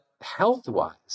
health-wise